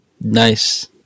nice